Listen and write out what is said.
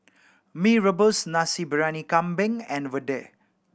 Mee Rebus Nasi Briyani Kambing and vadai